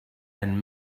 and